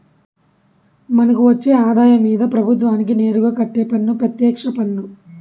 మనకు వచ్చే ఆదాయం మీద ప్రభుత్వానికి నేరుగా కట్టే పన్ను పెత్యక్ష పన్ను